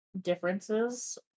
differences